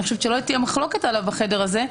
חושבת שלא תהיה מחלוקת עליו בחדר הזה,